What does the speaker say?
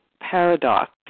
paradox